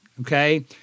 okay